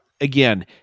again